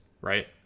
right